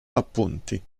appunti